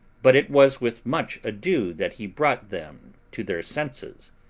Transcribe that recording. but it was with much ado that he brought them to their senses.